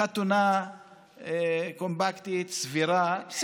חתונה קומפקטית, סבירה.